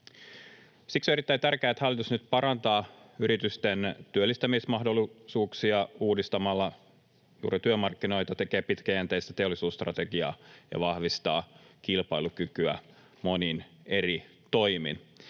Siksi on erittäin tärkeää, että hallitus nyt parantaa yritysten työllistämismahdollisuuksia uudistamalla juuri työmarkkinoita, tekee pitkäjänteistä teollisuusstrategiaa ja vahvistaa kilpailukykyä monin eri toimin.